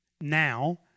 Now